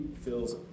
feels